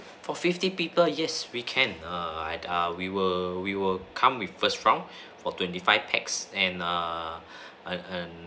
for fifty people yes we can err err we will we will come with first round for twenty five pax and err and and